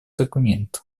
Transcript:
документу